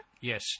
Yes